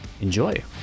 Enjoy